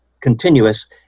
continuous